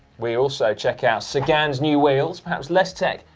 we also check out sagan's new wheels, perhaps less tech,